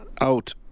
out